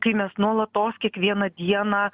kai mes nuolatos kiekvieną dieną